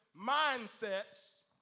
mindsets